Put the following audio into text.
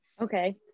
Okay